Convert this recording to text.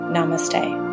Namaste